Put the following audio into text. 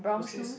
yours says